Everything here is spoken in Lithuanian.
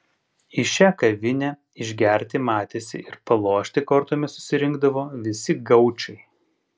į šią kavinę išgerti matėsi ir palošti kortomis susirinkdavo visi gaučai